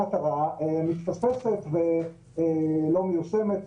המטרה מתפספסת ולא מיושמת,